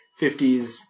50s